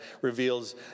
reveals